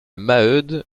maheude